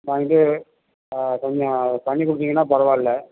வந்து ஆ கொஞ்சம் பண்ணி கொடுத்திங்கன்னா பரவாயில்ல